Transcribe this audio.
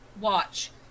watch